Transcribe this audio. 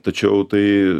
tačiau tai